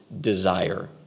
desire